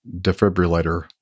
defibrillator